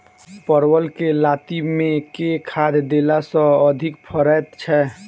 परवल केँ लाती मे केँ खाद्य देला सँ अधिक फरैत छै?